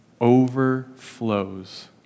overflows